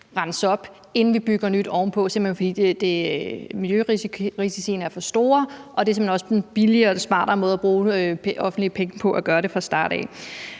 renses op, inden vi bygger nyt ovenpå, simpelt hen fordi miljørisiciene er for store og det også er en billigere og smartere måde at bruge offentlige penge på at gøre det fra starten af.